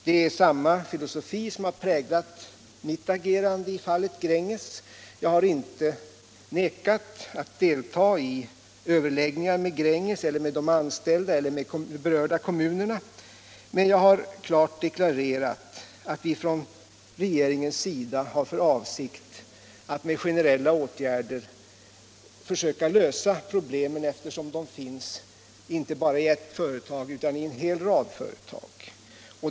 Det är samma filosofi som har präglat mitt agerande i fallet Gränges. Jag har inte vägrat att delta i överläggningar med Gränges, med de anställda eller med de berörda kommunerna, men jag har klart deklarerat att vi från regeringens sida har för avsikt att med generella åtgärder försöka lösa problemen, eftersom de finns inte bara i ett företag utan i en rad företag.